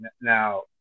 now